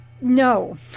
no